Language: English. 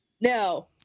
No